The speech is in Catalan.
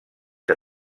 que